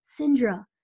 Syndra